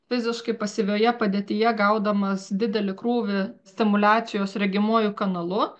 fiziškai pasyvioje padėtyje gaudamas didelį krūvį stimuliacijos regimuoju kanalu